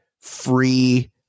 free